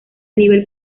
nivel